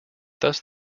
thus